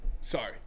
sorry